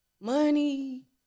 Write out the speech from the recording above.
money